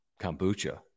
kombucha